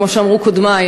כמו שאמרו קודמי,